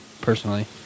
personally